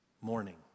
morning